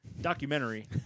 documentary